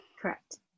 Correct